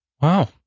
Wow